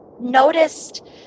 noticed